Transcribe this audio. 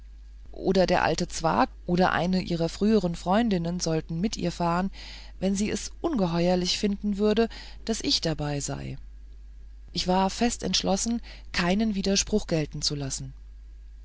oder der alte zwakh oder eine ihrer früheren freundinnen sollte mit ihr fahren wenn sie es ungeheuerlich finden würde daß ich mit dabei sei ich war fest entschlossen keinen widerspruch gelten zu lassen